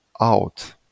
out